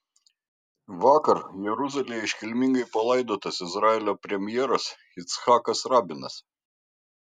vakar jeruzalėje iškilmingai palaidotas izraelio premjeras icchakas rabinas